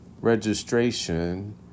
registration